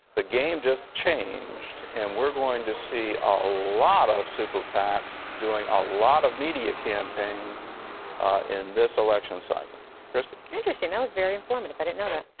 the game just changed, and we're going to see a lot of super pac's doing a lot of media campaigns in this election cycle. kristi. interesting, that was very informative. i didn't know that.